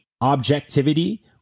objectivity